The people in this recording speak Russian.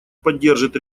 поддержит